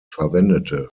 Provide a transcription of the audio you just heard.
verwendete